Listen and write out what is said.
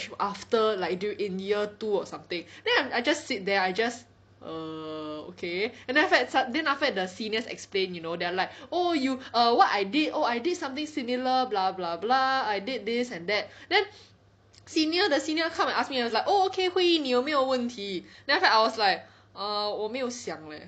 after like in year two or something then I I just sit there I just err okay and then after that then after that the seniors explain you know they're like oh you err what I did oh I did something similar blah blah blah I did this and that then senior the senior come and ask me like oh okay Hui Yi 你有没有问题 then after that I was like err 我没有想 leh